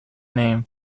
name